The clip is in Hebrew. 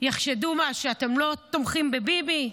יחשדו, מה, שאתם לא תומכים בביבי?